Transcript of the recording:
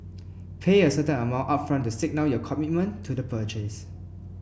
pay a certain amount upfront to signal your commitment to the purchase